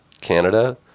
Canada